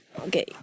Okay